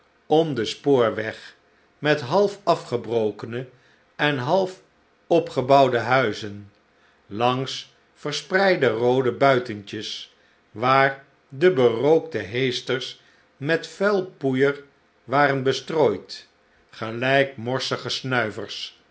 om den spoorweg met half afgebrokene en half opgebouwde huizen langs verspreide roode buitentjes waar de berookte heesters met vuil poeier waren bestrooid gelijk morsige